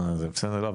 לא,